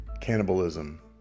cannibalism